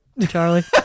Charlie